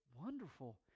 wonderful